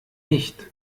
nicht